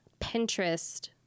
Pinterest